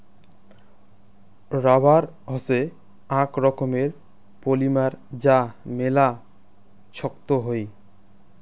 rubber হসে আক রকমের পলিমার যা মেলা ছক্ত হই